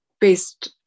based